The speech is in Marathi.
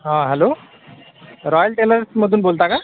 हां हॅलो रॉयल टेलर्समधून बोलता का